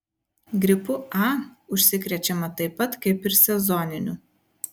gripu a užsikrečiama taip pat kaip ir sezoniniu